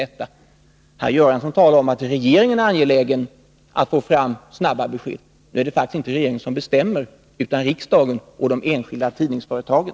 Herr Göransson talar om att regeringen är angelägen att få fram snabba besked. Nu är det faktiskt inte regeringen som bestämmer, utan riksdagen och de enskilda tidningsföretagen.